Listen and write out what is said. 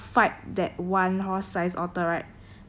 horse-sized otter like one